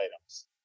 items